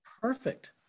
Perfect